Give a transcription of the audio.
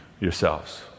yourselves